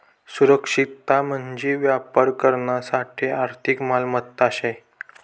सुरक्षितता म्हंजी व्यापार करानासाठे आर्थिक मालमत्ता शे